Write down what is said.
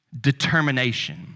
determination